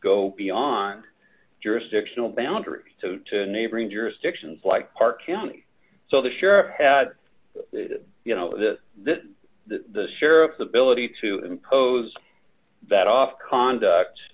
go beyond jurisdictional boundaries to two neighboring jurisdictions like park county so they sure had you know that the sheriff's ability to impose that off conduct